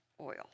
oil